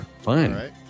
fine